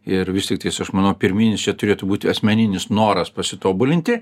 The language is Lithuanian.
ir vis tiktais aš manau pirminis čia turėtų būti asmeninis noras pasitobulinti